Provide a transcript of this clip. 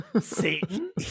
Satan